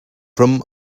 from